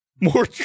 more